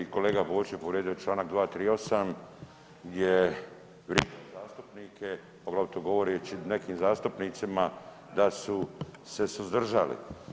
Kolega Borić je povrijedio je čl. 238. gdje vrijeđa zastupnike, poglavito govoreći nekim zastupnicima da su se suzdržali.